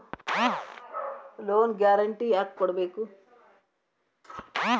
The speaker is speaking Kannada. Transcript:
ಲೊನ್ ಗ್ಯಾರ್ಂಟಿ ಯಾಕ್ ಕೊಡ್ಬೇಕು?